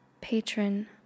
patron